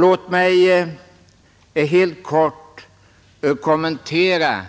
Låt mig helt kort kommentera